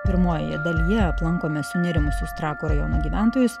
pirmojoje dalyje aplankome sunerimusius trakų rajono gyventojus